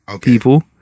people